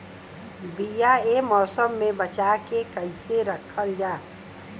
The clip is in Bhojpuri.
बीया ए मौसम में बचा के कइसे रखल जा?